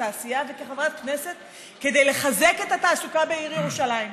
התעשייה וכחברת כנסת כדי לחזק את התעסוקה בעיר ירושלים?